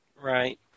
Right